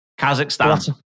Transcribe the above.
Kazakhstan